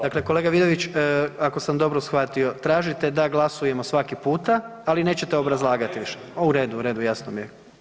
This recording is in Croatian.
Dakle, kolega Vidović ako sam dobro shvatio, tražite da glasujemo svaki puta, ali nećete obrazlagati više? … [[Upadica se ne razumije.]] u redu, jasno mi je.